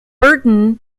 burton